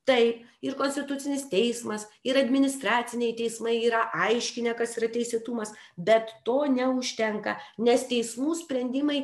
taip ir konstitucinis teismas ir administraciniai teismai yra aiškinę kas yra teisėtumas bet to neužtenka nes teismų sprendimai